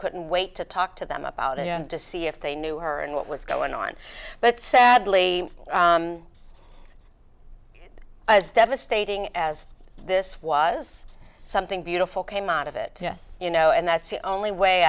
couldn't wait to talk to them about it to see if they knew her and what was going on but sadly as devastating as this was something beautiful came out of it you know and that's the only way